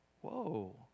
Whoa